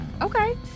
okay